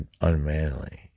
unmanly